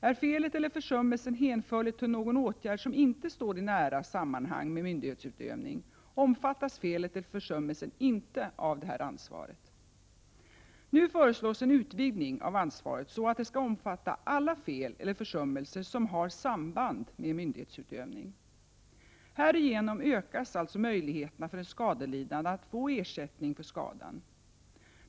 Är felet eller försummelsen hänförlig till någon åtgärd som inte står i nära sammanhang med myndighetsutövning omfattas felet eller försummelsen inte av ansvaret. Nu föreslås en utvidgning av ansvaret så att det skall omfatta alla fel eller försummelser som har samband med myndighetsutövning. Härigenom ökas möjligheterna för den skadelidande att få ersättning för skadan.